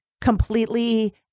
completely